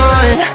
on